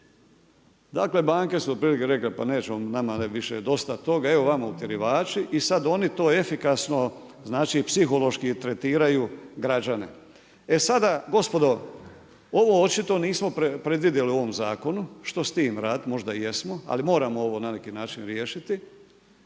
Dakle banke su otprilike rekle pa neće, nama je više dosta toga, evo vama utjerivači i sada oni to efikasno, znači psihološki tretiraju građane. E sada gospodo, ovo očito nismo predvidjeli u ovom zakonu, što s time raditi, možda i jesmo, ali moramo ovo na neki način riješiti.